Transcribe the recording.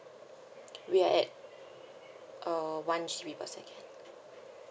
we are at uh one G_B per second